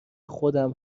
خودم